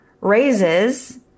raises